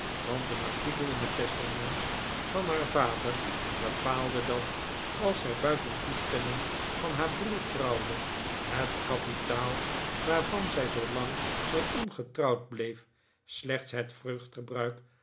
want een artikel in het testament van haar vader bepaalde dat als zij buiten toestemming van haar broer trouwde het kapitaal waarvan zij zoolang zij ongetrouwd bleef slechts het